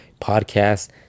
podcasts